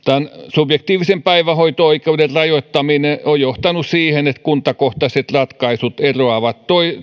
subjektiivisen päivähoito oikeuden rajoittaminen on johtanut siihen että kuntakohtaiset ratkaisut eroavat